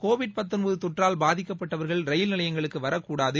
Covid தொற்றால் பாதிக்கப்பட்டவர்கள் ரயில் நிலையங்களுக்கு வரக் கூடாது